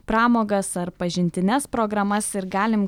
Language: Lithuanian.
pramogas ar pažintines programas ir galim